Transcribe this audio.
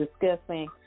discussing